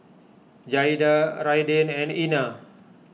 Jaeda Araiden and Ena